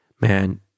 man